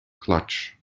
clutch